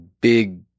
big